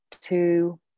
two